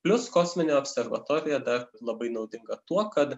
plius kosminė observatorija dar labai naudinga tuo kad